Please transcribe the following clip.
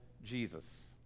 Jesus